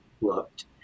looked